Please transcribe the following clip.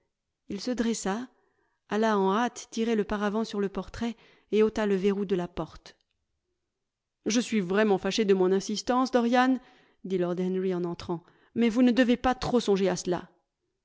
il se dressa alla en hâte tirer le paravent sur le portrait et ôta le verrou de la porte je suis vraiment fâché de mon insistance dorian dit lord henry en entrant mais vous ne devez pas trop songer à cela